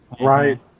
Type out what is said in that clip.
Right